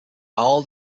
all